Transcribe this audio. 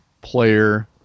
player